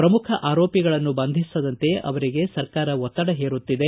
ಪ್ರಮುಖ ಆರೋಪಿಗಳನ್ನು ಬಂಧಿಸದಂತೆ ಅವರಿಗೆ ಸರ್ಕಾರ ಒತ್ತಡ ಹೇರುತ್ತಿದೆ